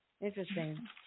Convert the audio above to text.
Interesting